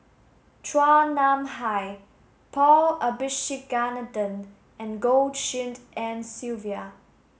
Chua Nam Hai Paul Abisheganaden and Goh Tshin En Sylvia